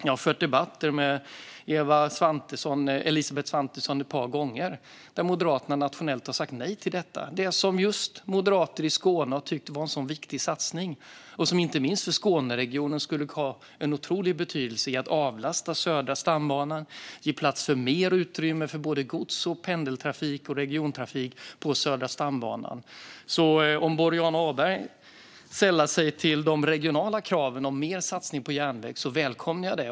Jag har ett par gånger fört debatter med Elisabeth Svantesson. Moderaterna har nationellt sagt nej till det som moderater i Skåne har tyckt var en sådan viktig satsning och som inte minst för Skåneregionen skulle ha en otrolig betydelse för att avlasta Södra stambanan och ge mer utrymme för godstrafik, pendeltrafik och regiontrafik på Södra stambanan. Om Boriana Åberg sällar sig till de regionala kraven på mer satsning på järnväg välkomnar jag det.